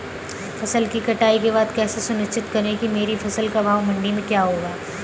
फसल की कटाई के बाद कैसे सुनिश्चित करें कि मेरी फसल का भाव मंडी में क्या होगा?